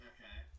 Okay